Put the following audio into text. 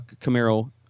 Camaro